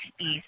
east